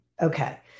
okay